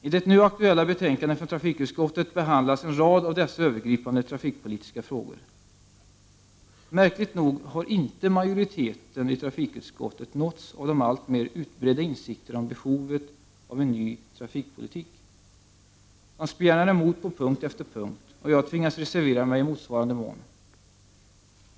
I det nu aktuella betänkandet från trafikutskottet behandlas en rad av dessa övergripande trafikpolitiska frågor. Märkligt nog har inte majoriteten i trafikutskottet nåtts av de alltmer utbredda insikterna om behovet av en ny trafikpolitik. Majoriteten spjärnar emot på punkt efter punkt, och jag har tvingats reservera mig i motsvarande mån.